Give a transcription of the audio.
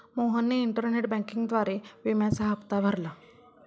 मोहनने इंटरनेट बँकिंगद्वारे विम्याचा हप्ता भरला